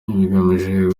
bigamije